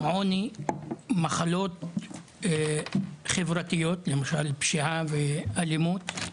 עוני, מחלות חברתיות למשל פשיעה ואלימות,